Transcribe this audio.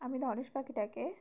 আমি ধনেশ পাখিটাকে